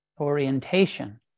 orientation